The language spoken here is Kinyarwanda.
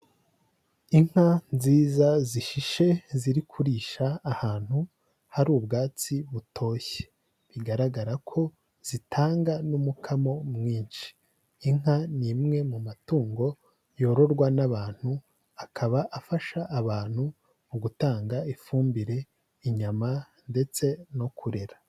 Inka nziza zishishe ziri kurisha ahantu hari ubwatsi butoshye, bigaragara ko zitanga n'umukamo mwinshi, inka ni imwe mu matungo yororwa n'abantu, akaba afasha abantu mu gutanga ifumbire, inyama ndetse no kurera.